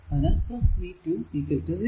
അതിനാൽ v20